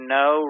no